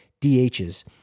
DHs